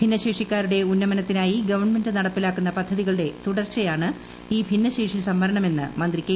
ഭിന്നശേഷിക്കാരുടെ ഉന്നമനത്തിനായി ഗവൺമെന്റ് നടപ്പിലാക്കുന്ന പദ്ധതികളുടെ തുടർച്ചയാണ് ഈ ഭിന്നശേഷി സംവരണമെന്ന് മന്ത്രി കെ